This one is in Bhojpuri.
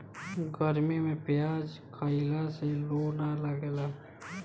गरमी में पियाज खइला से लू ना लागेला